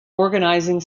organizing